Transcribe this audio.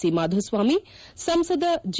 C Madhuswamy ಸಂಸದ G